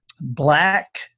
Black